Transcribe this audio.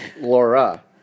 Laura